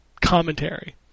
commentary